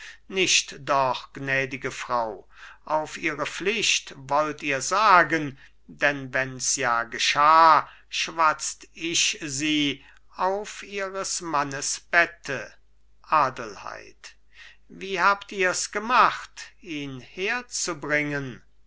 nicht doch gnädige frau auf ihre pflicht wollt ihr sagen denn wenn's ja geschah schwatzt ich sie auf ihres mannes bette adelheid wie habt ihr's gemacht ihn herzubringen